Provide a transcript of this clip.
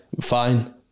fine